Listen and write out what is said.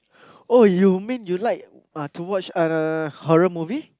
oh you mean you like uh to watch uh no no no horror movie